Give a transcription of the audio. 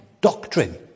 doctrine